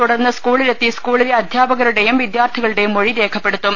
തുടർന്ന് സ്കൂളിലെത്തി സ്കൂളിലെ അധ്യാപകരുടേയും വിദ്യാർഥി കളുടേയും മൊഴിരേഖപ്പെടുത്തും